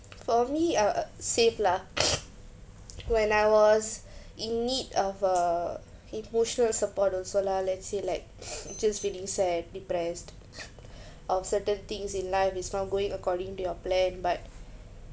for me I'll uh same lah when I was in need of a emotional support also lah let's say like you just feeling sad depressed of certain things in life is not going according to your plan but